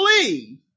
believe